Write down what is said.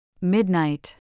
Midnight